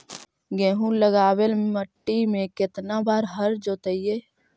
गेहूं लगावेल मट्टी में केतना बार हर जोतिइयै?